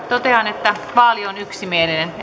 totean että vaali on yksimielinen